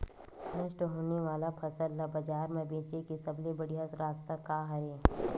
नष्ट होने वाला फसल ला बाजार मा बेचे के सबले बढ़िया रास्ता का हरे?